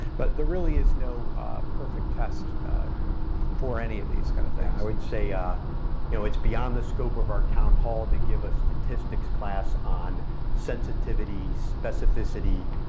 but there really is no perfect test for any of these kind of things. i would say ah you know it's beyond the scope of our town hall to give a statistics class on sensitivity, specificity,